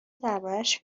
دربارش